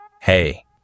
Hey